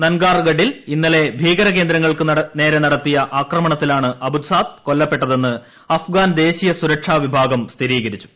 നൻഗാർ ഗഡിൽ ഇന്നലെ ഭീകര കേന്ദ്ര ങ്ങൾക്കുനേരെ നടത്തിയ ആക്രമണത്തിലാണ് അബുസാദ് കൊല്ലപ്പെട്ട തെന്ന് അഫ്ഗാൻ ദേശീയ സുരക്ഷാ വിഭാഗം സ്ഥിരീകരിച്ചു